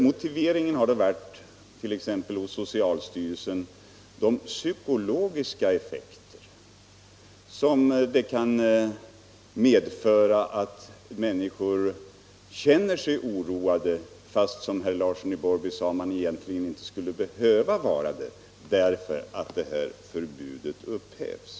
Motiveringen för detta har — t.ex. för socialstyrelsen — varit de psykologiska effekter som det kan medföra att människor känner sig oroade —- fastän som herr Larsson i Borrby sade, de egentligen inte skulle behöva vara det — därför att förbudet nu upphävs.